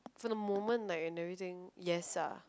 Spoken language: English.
for the moment like when everything yes ah